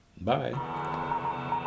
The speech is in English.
Bye